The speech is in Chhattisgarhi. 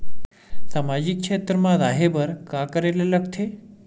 सामाजिक क्षेत्र मा रा हे बार का करे ला लग थे